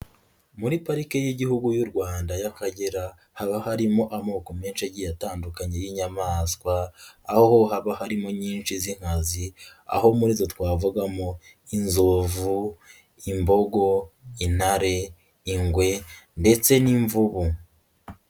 Muri parike y'igihugu y'u Rwanda y'Akagera, haba harimo amoko menshi agiye atandukanye y'inyamaswa, aho haba harimo nyinshi z'inkazi, aho muri izo twavugamo: inzovu, imbogo, intare, ingwe ndetse n'imvubu.